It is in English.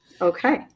Okay